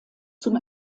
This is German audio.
zum